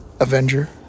Avenger